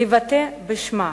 לבטא בשמה